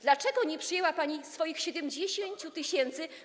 Dlaczego nie przyjęła pani swoich 70 tys.